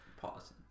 Pause